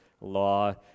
law